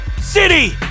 city